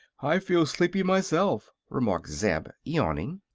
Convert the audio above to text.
i feel sleepy myself, remarked zeb, yawning.